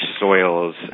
soils